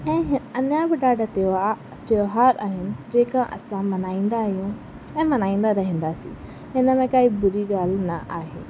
ऐं अञा बि ॾाढा त्योहार त्योहार आहिनि जेका असां मल्हाईंदा आहियूं ऐं मल्हाईंदा रहंदासीं हिन में काई बुरी ॻाल्हि न आहे